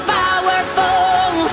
powerful